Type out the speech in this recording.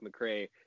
McRae